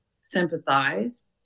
sympathize